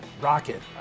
Rocket